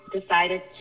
decided